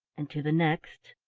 and to the next,